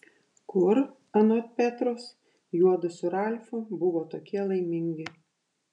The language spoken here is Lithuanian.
kur anot petros juodu su ralfu buvo tokie laimingi